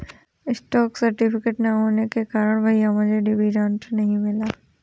stock certificate ना होने के कारण भैया मुझे डिविडेंड नहीं मिला